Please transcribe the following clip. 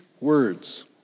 words